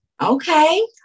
okay